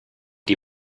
die